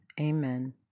Amen